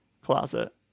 closet